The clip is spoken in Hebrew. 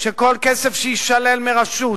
שכל כסף שיישלל מרשות,